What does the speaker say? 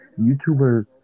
YouTubers